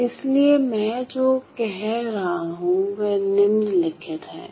इसलिए मैं जो कह रहा हूं वह निम्नलिखित है